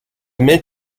mid